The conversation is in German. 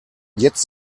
jetzt